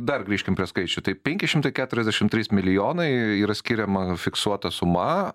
dar grįžkim prie skaičių tai penki šimtai keturiasdešim trys milijonai yra skiriama fiksuota suma